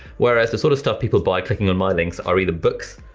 whereas the sort of stuff people buy clicking on my links are either books,